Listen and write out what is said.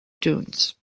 dunes